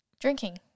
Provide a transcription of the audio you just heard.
Drinking